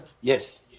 Yes